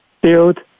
build